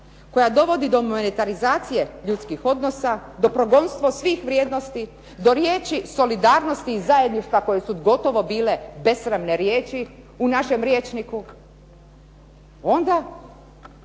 koja dovodi do monetarizacije ljudskih odnosa, do progonstva svih vrijednosti, do riječi solidarnosti i zajedništva koje su gotovo bile besramne riječi u našem rječniku, onda